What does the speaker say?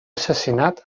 assassinat